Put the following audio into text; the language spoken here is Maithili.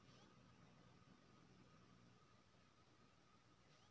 बिहारक जल संसाधन तए अखन संजय बाबू लग छै